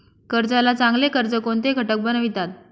कर्जाला चांगले कर्ज कोणते घटक बनवितात?